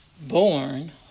born